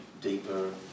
deeper